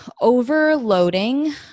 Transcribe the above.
overloading